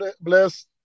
bless